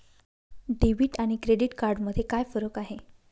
Debit आणि credit card मध्ये काय फरक आहे?